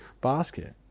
basket